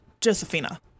Josephina